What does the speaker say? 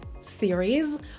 Series